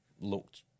looked